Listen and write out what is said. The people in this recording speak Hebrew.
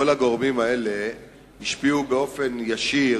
כל הגורמים האלה השפיעו באופן ישיר